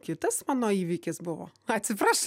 kitas mano įvykis buvo atsipraš